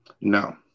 No